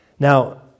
Now